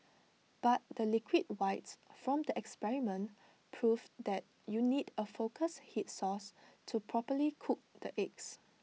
but the liquid whites from the experiment proved that you need A focused heat source to properly cook the eggs